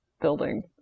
building